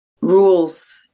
rules